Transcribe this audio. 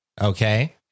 Okay